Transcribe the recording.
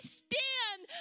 stand